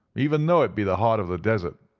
even though it be the heart of the desert.